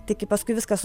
tai kai paskui viskas